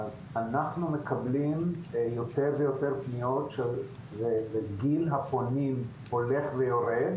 אנחנו מקבלים יותר ויותר פניות וגיל הפונים הולך ויורד,